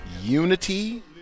unity